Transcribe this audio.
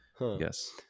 yes